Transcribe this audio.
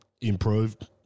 improved